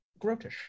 Grotish